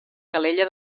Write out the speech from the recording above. calella